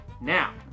Now